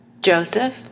Joseph